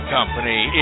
Company